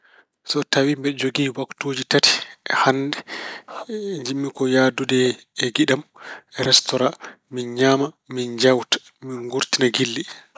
So tawi mbeɗa jogii waktuuji tati hannde njiɗmi ko yahdude e giɗo am restora. Min ñaama. Minnjeewta. Min nguurtina giɗli.